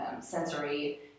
Sensory